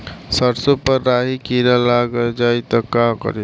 सरसो पर राही किरा लाग जाई त का करी?